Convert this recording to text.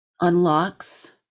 unlocks